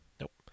Nope